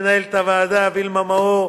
מנהלת הוועדה וילמה מאור,